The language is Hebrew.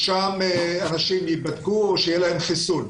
שם אנשים ייבדקו או שיהיה להם חיסון,